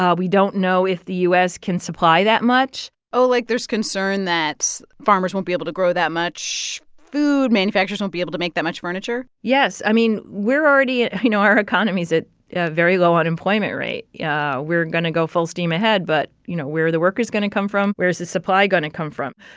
ah we don't know if the u s. can supply that much oh, like, there's concern that farmers won't be able to grow that much food manufacturers won't be able to make that much furniture yes. i mean, we're already and you know, our economy's at a very low unemployment rate. yeah we're going to go full steam ahead. but you know, where are the workers going to come from? where's the supply going to come from?